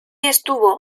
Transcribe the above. estuvo